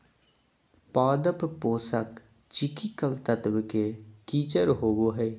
पादप पोषक चिकिकल तत्व के किचर होबो हइ